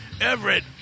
Everett